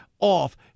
off